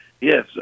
Yes